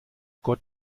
gott